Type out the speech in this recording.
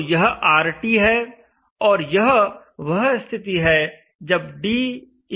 तो यह RT है और यह वह स्थिति है जब d 1 है